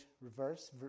reverse